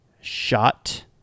Shot